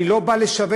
אני לא בא לשווק,